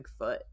Bigfoot